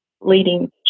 leading